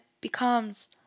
becomes